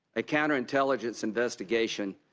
a counter intelligence investigation